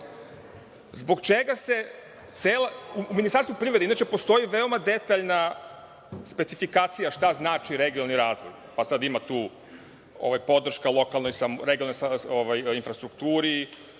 U ministarstvu privrede inače postoji detaljna specifikacija šta znači regionalni razvoj, pa sad ima tu podrška regionalnoj infrastrukturi,